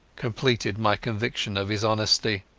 completed my conviction of his honesty.